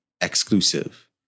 exclusive